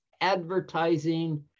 advertising